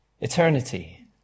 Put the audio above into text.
eternity